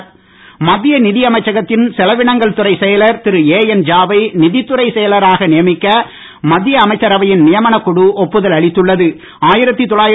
நியமனம் மத்திய நிதியமைச்சகத்தின் செலவினங்கள் துறைச் செயலர் திரு ஏஎன் ஜா வை நிதித் துறைச் செயலராக நியமிக்க மத்திய அமைச்சரவையின் நியமனக் குழு ஒப்புதல் அளித்துள்ளது